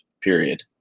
period